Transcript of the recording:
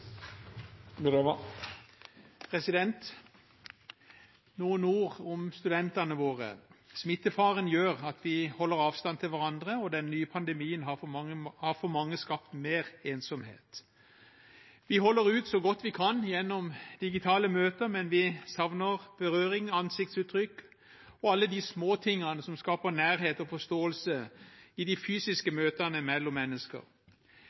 Noen ord om studentene våre: Smittefaren gjør at vi holder avstand til hverandre, og den nye pandemien har for mange skapt mer ensomhet. Vi holder ut så godt vi kan gjennom digitale møter, men vi savner berøring, ansiktsuttrykk og alle de små tingene som skaper nærhet og forståelse i de fysiske møtene mellom mennesker.